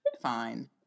Fine